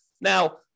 Now